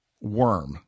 worm